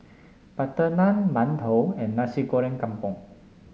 Butter Naan Mantou and Nasi Goreng Kampung